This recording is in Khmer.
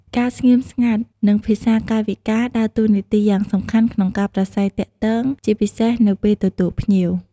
ការស្ងៀមស្ងាត់ និងភាសាកាយវិការដើរតួនាទីយ៉ាងសំខាន់ក្នុងការប្រាស្រ័យទាក់ទង ជាពិសេសនៅពេលទទួលភ្ញៀវ។